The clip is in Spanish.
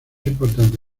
importante